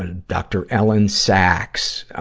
ah dr. ellen sax